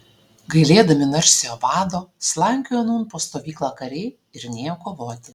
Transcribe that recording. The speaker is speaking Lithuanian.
gailėdami narsiojo vado slankiojo nūn po stovyklą kariai ir nėjo kovoti